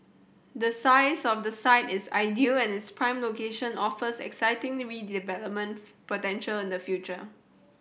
the size of the site is ideal and its prime location offers exciting redevelopment potential in the future